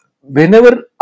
whenever